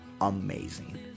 amazing